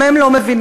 גם הם לא מבינים,